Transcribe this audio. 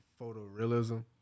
photorealism